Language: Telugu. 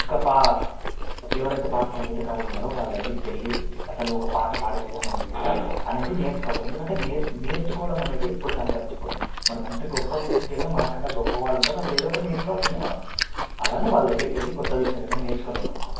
ఇంకా పా ఎవరైతే పాత సంగీతకారులు ఉన్నారో వాళ్లదగ్గరికి వెళ్లి అసలు ఒక పాట పాడే విధానం ఏంటి అనేది నేర్చుకోవాలి ఎందుకంటే నెర్చు నేర్చుకోవడం అనేది ఎప్పడికి అంతరించిపోదు మనం ఎంత గొప్ప స్థితికి వెళ్లినా మనకంటే గొప్పవాళ్లు ఉంటారు అక్కడ ఏదొకటి నేర్చుకోవాల్సిందే మనం అలానే వాళ్ళ దగ్గరికి వెళ్లి కొత్త విషయాలు ఎమ్మన్నా నేర్చుకున్నామనుకో